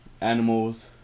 animals